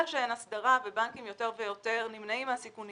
שאין הסדרה ובנקים יותר ויותר נמנעים מהסיכונים